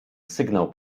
sygnał